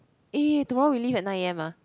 eh tomorrow we leave at nine a_m ah